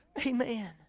Amen